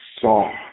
saw